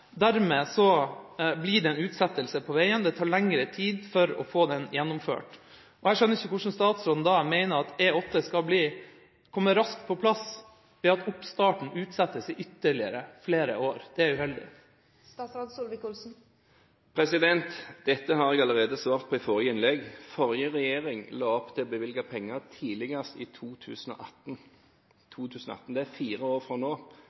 det tar lengre tid å få den gjennomført. Jeg skjønner ikke hvordan statsråden da mener at E8 skal komme raskt på plass ved at oppstarten utsettes i ytterligere flere år. Det er uheldig. Dette har jeg allerede svart på i forrige innlegg. Den forrige regjeringen la opp til å bevilge penger tidligst i 2018. Det er fire år fra nå.